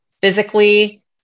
physically